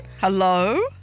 hello